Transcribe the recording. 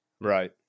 Right